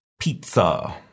pizza